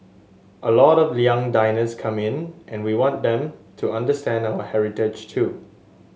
a lot of young diners come in and we want them to understand our heritage too